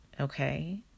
okay